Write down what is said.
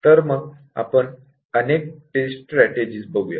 आपण अनेक test strategies बघूया